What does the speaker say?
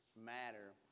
matter